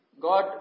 God